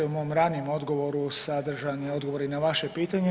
U mom ranijem odgovoru sadržan je odgovor i na vaše pitanje.